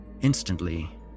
Instantly